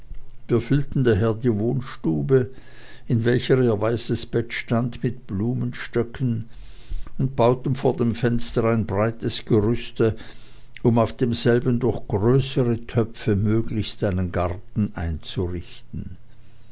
füllten daher die wohnstube in welcher ihr weißes bett stand mit blumenstöcken und bauten vor dem fenster ein breites gerüste um auf demselben durch größere töpfe möglichst einen garten einzurichten